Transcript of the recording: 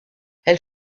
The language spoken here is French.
elle